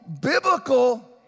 biblical